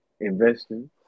investing